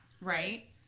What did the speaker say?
Right